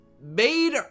made